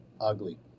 ugly